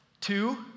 Two